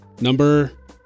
Number